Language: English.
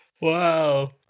Wow